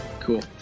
Cool